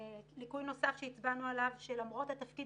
ליקוי נוסף עליו הצבענו הוא שלמרות התפקיד